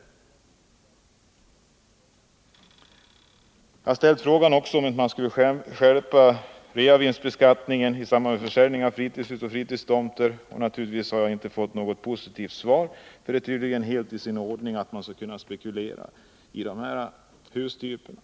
Jag har också ställt frågan om man inte borde skärpa realisationsvinstbeskattningen i samband med försäljning av fritidshus och fritidstomter. Naturligtvis har jag inte fått något positivt svar. Det är tydligen i sin ordning att man skall kunna spekulera i de här hustyperna.